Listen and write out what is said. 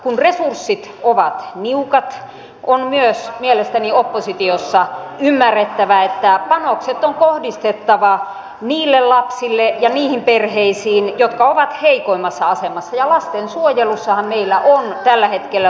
kun resurssit ovat niukat on myös mielestäni oppositiossa ymmärrettävä että panokset on kohdistettava niille lapsille ja niihin perheisiin jotka ovat heikoimmassa asemassa ja lastensuojelussahan meillä on tällä hetkellä suuria puutteita